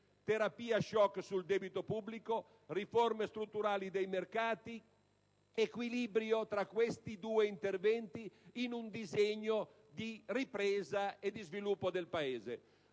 terapia *shock* sul debito pubblico, riforme strutturali dei mercati, equilibrio tra questi due interventi in un disegno di ripresa e di sviluppo del Paese.